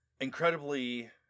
incredibly